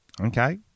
Okay